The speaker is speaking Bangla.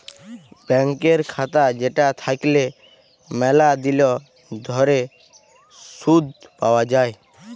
ব্যাংকের খাতা যেটা থাকল্যে ম্যালা দিল ধরে শুধ পাওয়া যায়